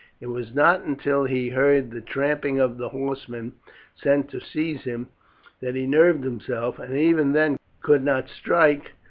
it was not until he heard the trampling of the horsemen sent to seize him that he nerved himself, and even then could not strike,